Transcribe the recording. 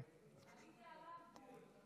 אדוני היושב-ראש,